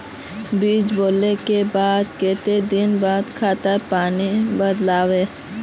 बीज बोले के बाद केते दिन बाद खाद पानी दाल वे?